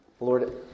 Lord